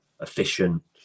Efficient